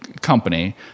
company